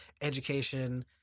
education